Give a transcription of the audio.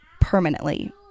permanently